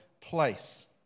place